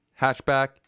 hatchback